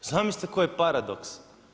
Zamislite koji paradoks!